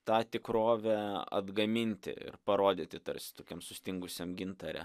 tą tikrovę atgaminti ir parodyti tarsi tokiam sustingusiam gintare